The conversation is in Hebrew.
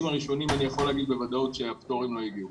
הראשונים אני יכול לומר בוודאות שהפטורים לא הגיעו.